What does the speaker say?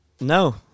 No